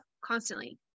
constantly